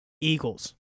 Eagles